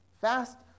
Fast